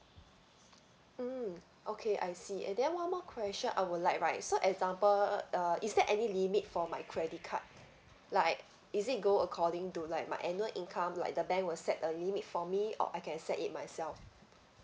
mm okay I see and then one more question I would like right so example uh is there any limit for my credit card like is it go according to like my annual income like the bank will set a limit for me or I can set it myself